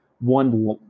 one